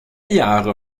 jahre